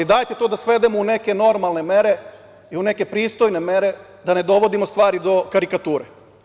Dajte to da svedemo u neke normalne mere i u neke pristojne mere, da ne dovodimo stvari do karikature.